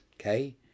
okay